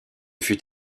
fut